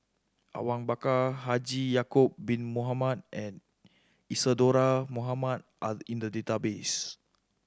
Awang Bakar Haji Ya'acob Bin Mohamed and Isadhora Mohamed are in the database